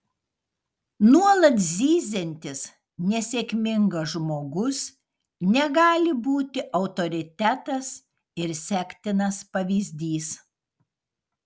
nuolat zyziantis nesėkmingas žmogus negali būti autoritetas ir sektinas pavyzdys